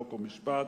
חוק ומשפט.